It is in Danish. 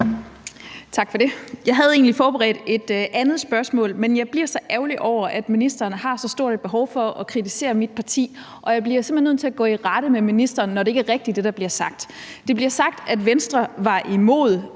Jeg havde egentlig forberedt et andet spørgsmål, men jeg bliver så ærgerlig over, at ministeren har så stort et behov for at kritisere mit parti, og jeg bliver simpelt hen nødt til at gå i rette med ministeren, når det, der bliver sagt, ikke er rigtigt. Der bliver sagt, at Venstre var imod,